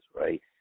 right